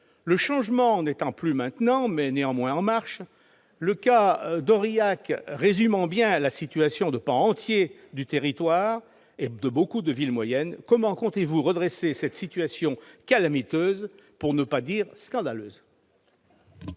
Le changement n'étant plus maintenant, et néanmoins en marche, et le cas d'Aurillac résumant bien la situation de pans entiers du territoire et de nombreuses villes moyennes, comment comptez-vous redresser cette situation calamiteuse, pour ne pas dire scandaleuse ?